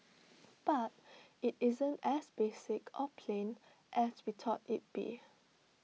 but IT isn't as basic or plain as we thought it'd be